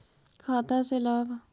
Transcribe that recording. खाता से लाभ?